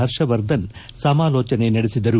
ಹರ್ಷವರ್ಧನ್ ಸಮಾಲೋಜನೆ ನಡೆಸಿದರು